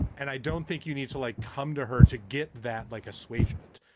and i don't think you need to, like, come to her to get that, like, assuagement.